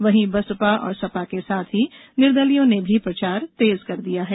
वहीं बसपा सपा के साथ ही निर्दलीयों ने भी चुनाव प्रचार तेज कर दिया है